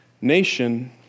nation